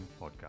podcast